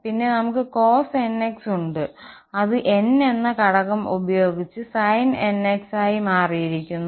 പിന്നെ നമുക്ക് cosnx ഉണ്ട് അത് n എന്ന ഘടകം ഉപയോഗിച്ച് sinnx ആയി മാറിയിരിക്കുന്നു